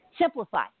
simplify